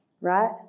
right